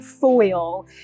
foil